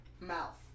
mouth